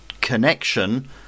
connection